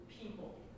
people